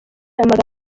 amagambo